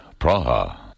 Praha